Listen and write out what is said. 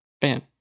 Bam